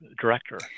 director